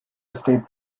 estate